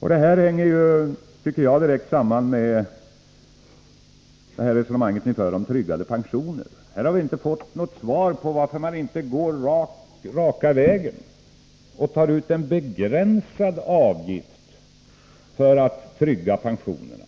Detta hänger enligt min mening direkt samman med det resonemang ni för om tryggade pensioner. Vi har inte fått något svar på frågan om varför regeringen inte går raka vägen och tar ut en begränsad avgift för att trygga pensionerna